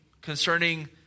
concerning